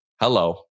Hello